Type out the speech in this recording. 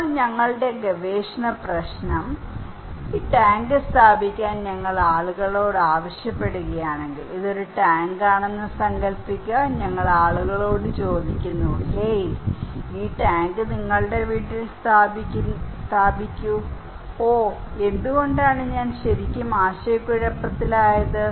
അപ്പോൾ ഞങ്ങളുടെ ഗവേഷണ പ്രശ്നം ഈ ടാങ്ക് സ്ഥാപിക്കാൻ ഞങ്ങൾ ആളുകളോട് ആവശ്യപ്പെടുകയാണെങ്കിൽ ഇതൊരു ടാങ്കാണെന്ന് സങ്കൽപ്പിക്കുക ഞങ്ങൾ ആളുകളോട് ചോദിക്കുന്നു ഹേയ് ഈ ടാങ്ക് നിങ്ങളുടെ വീട്ടിൽ സ്ഥാപിക്കൂ ഓ എന്തുകൊണ്ടാണ് ഞാൻ ശരിക്കും ആശയക്കുഴപ്പത്തിലായത്